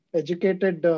educated